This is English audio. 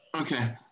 Okay